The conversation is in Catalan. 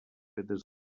fetes